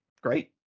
Great